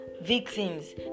victims